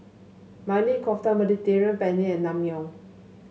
Maili Kofta Mediterranean Penne and Naengmyeon